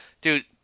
dude